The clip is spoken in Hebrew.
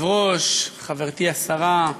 רבה, חברתי השרה,